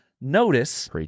notice